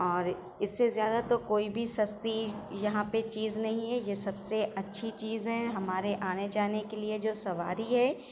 اور اس سے زیادہ تو کوئی بھی سستی یہاں پہ چیز نہیں ہے یہ سب سے اچھی چیز ہے ہمارے آنے جانے کے لیے جو سواری ہے